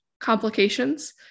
complications